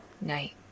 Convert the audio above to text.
Night